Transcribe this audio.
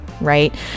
right